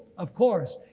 of course.